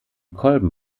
kolben